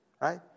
right